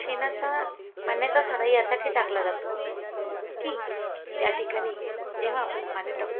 शेणाच्या पाण्याचा सडा यासाठी टाकला जातो की त्याठिकाणी जेव्हा आपण पाणी टाकतो